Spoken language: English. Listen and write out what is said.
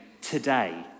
today